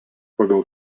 pagal